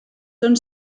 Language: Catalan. són